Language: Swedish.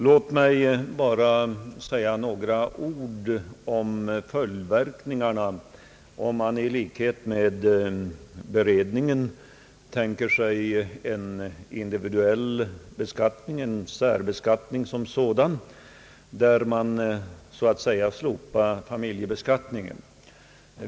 Låt mig bara säga några ord om följderna ifall Kungl. Maj:ts förslag i likhet med beredningens kommer att innebära en individuell beskattning — en särbeskattning — där man slopar familjebeskattningen.